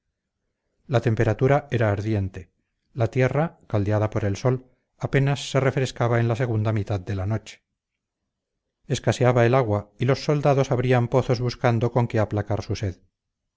la temperatura era ardiente la tierra caldeada por el sol apenas se refrescaba en la segunda mitad de la noche escaseaba el agua y los soldados abrían pozos buscando con qué aplacar su sed